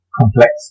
complex